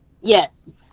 yes